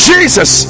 Jesus